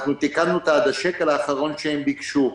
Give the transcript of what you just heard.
אנחנו תיקנו אותה עד השקל האחרון שהם ביקשו.